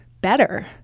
better